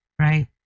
Right